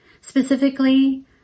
specifically